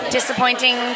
Disappointing